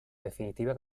definitiva